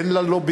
אין לה לובי,